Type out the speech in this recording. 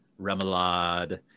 remoulade